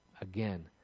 Again